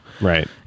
Right